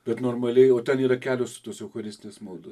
bet normaliai jau ten yra kelios tos eucharistinės maldo